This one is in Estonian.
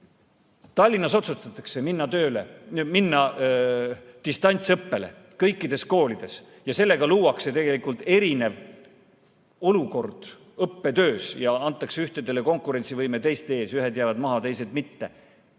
Tallinnas otsustatakse minna distantsõppele kõikides koolides. Sellega luuakse erinev olukord õppetöös ja antakse ühtedele konkurentsieelis teiste ees, ühed jäävad maha, teised mitte.